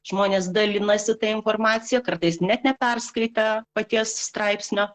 žmonės dalinasi ta informacija kartais net neperskaitę paties straipsnio